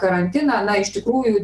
karantiną na iš tikrųjų